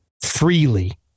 freely